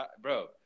Bro